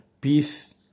peace